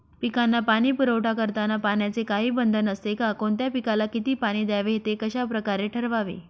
पिकांना पाणी पुरवठा करताना पाण्याचे काही बंधन असते का? कोणत्या पिकाला किती पाणी द्यावे ते कशाप्रकारे ठरवावे?